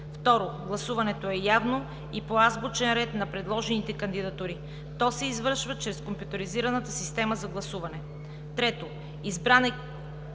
2. Гласуването е явно и по азбучен ред на предложените кандидатури. То се извършва чрез компютризираната система за гласуване. 3. Избран